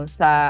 sa